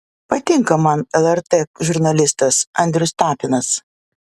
patinka man lrt žurnalistas andrius tapinas